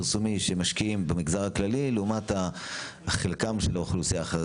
הפרסומי שמשקיעים במגזר הכללי לעומת חלקם באוכלוסייה.